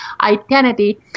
identity